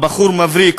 הבחור מבריק,